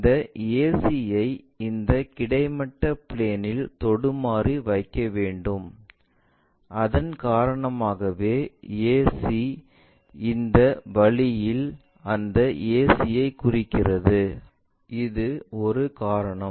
இந்த ac யை இந்த கிடைமட்ட பிளேன் இல் தொடுமாறு வைக்க வேண்டும் அதன் காரணமாகவே ac இந்த வழியில் இந்த ac யை குறித்ததற்கு இது ஒரு காரணம்